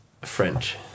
French